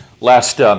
Last